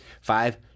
Five